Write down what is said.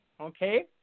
Okay